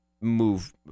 move